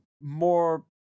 more